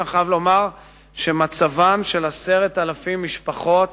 ואני חייב לומר שמצבן של 10,000 משפחות